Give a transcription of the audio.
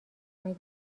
مگه